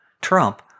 Trump